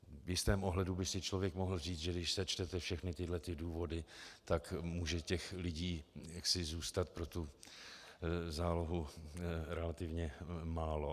V jistém ohledu by si člověk mohl říct, že když sečtete všechny tyhle ty důvody, tak může těch lidí zůstat pro tu zálohu relativně málo.